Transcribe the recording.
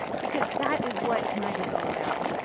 because that is what tonight is all about.